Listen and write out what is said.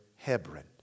Hebron